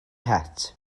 het